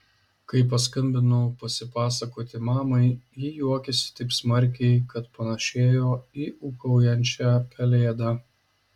kai paskambinau pasipasakoti mamai ji juokėsi taip smarkiai kad panašėjo į ūkaujančią pelėdą